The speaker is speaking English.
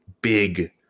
big